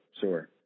sure